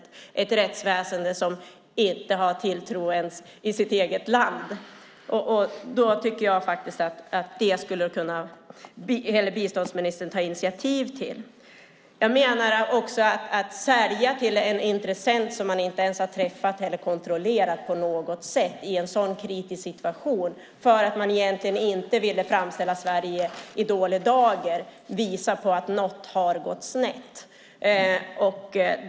Det är ett rättsväsen som man inte ens har tilltro till i det egna landet. Jag tycker faktiskt att biståndsministern skulle kunna ta initiativ till detta. Om man säljer till en intressent som man inte ens har träffat eller på något sätt har kontrollerat i en sådan här kritisk situation för att man inte vill framställa Sverige i dålig dager menar jag att det visar på att något har gått snett.